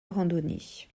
randonnées